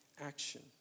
action